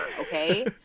Okay